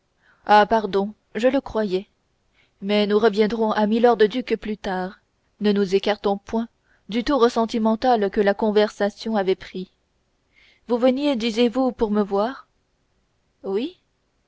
ah pardon je le croyais mais nous reviendrons à milord duc plus tard ne nous écartons point du tour sentimental que la conversation avait pris vous veniez disiez-vous pour me voir oui